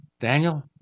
Daniel